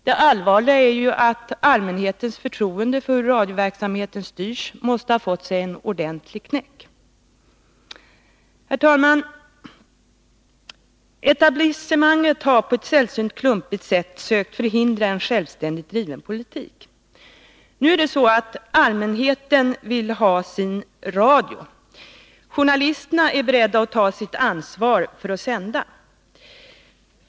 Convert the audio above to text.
Det allvarliga är ju att allmänhetens förtroende för hur radioverksamheten styrs måste ha fått sig en ordentlig knäck. Herr talman! Etablissemanget har på ett sällsynt klumpigt sätt sökt förhindra en självständigt driven politik. Nu är det så att allmänheten vill ha sin radio. Journalisterna är beredda att ta sitt ansvar för att sända.